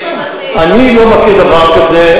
אני לא מכיר דבר כזה.